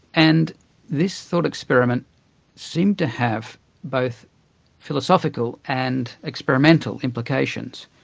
and this thought experiment seemed to have both philosophical and experimental implications.